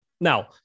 Now